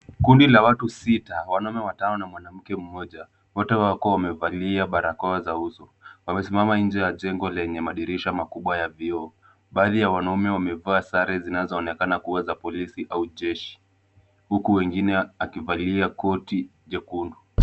Kundi la watu sita, wanaume watano na mwanamke mmoja, wote wako wamevalia barakoa za uso. Wamesimama nje ya jengo lenye madirisha makubwa ya vioo. Baadhi ya wanaume wamevaa sare zinazoonekana kuwa za polisi au jeshi, huku wengine akivalia koti jekundu.